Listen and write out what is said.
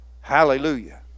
Hallelujah